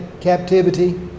captivity